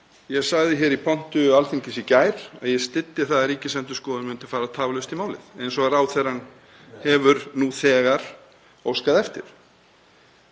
Ég sagði hér í pontu Alþingis í gær að ég styddi það að Ríkisendurskoðun færi tafarlaust í málið eins og ráðherrann hefur nú þegar óskað eftir.